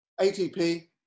ATP